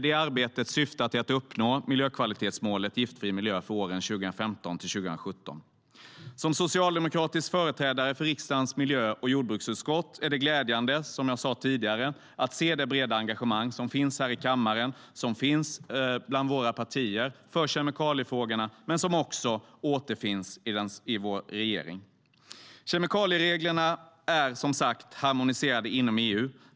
Det arbetet syftar till att uppnå miljökvalitetsmålet Giftfri miljö för åren 2015-2017. Som socialdemokratisk företrädare för riksdagens miljö och jordbruksutskott är det glädjande, som jag sa tidigare, att se det breda engagemang som finns i kammaren och bland våra partier för kemikaliefrågorna och som också återfinns i vår regering. Kemikaliereglerna är harmoniserade inom EU.